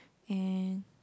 and